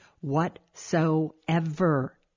whatsoever